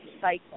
cycle